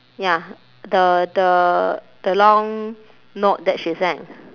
ya the the the long note that she sang